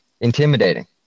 intimidating